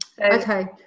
Okay